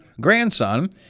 grandson